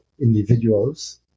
individuals